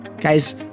Guys